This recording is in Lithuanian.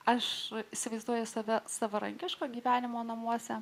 aš įsivaizduoju save savarankiško gyvenimo namuose